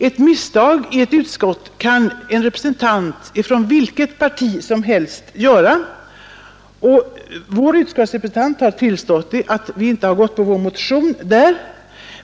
Ett misstag kan en representant för vilket parti som helst begå, och vår representant i utskottet har tillstått att vi där inte gått på vår motion.